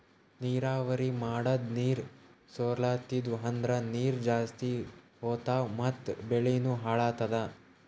ನೀರಾವರಿ ಮಾಡದ್ ನೀರ್ ಸೊರ್ಲತಿದ್ವು ಅಂದ್ರ ನೀರ್ ಜಾಸ್ತಿ ಹೋತಾವ್ ಮತ್ ಬೆಳಿನೂ ಹಾಳಾತದ